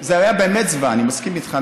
זה היה באמת זוועה, אני מסכים איתך.